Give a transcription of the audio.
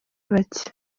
bake